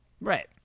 Right